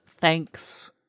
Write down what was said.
thanks